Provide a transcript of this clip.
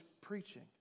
preaching